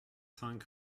cinq